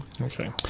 okay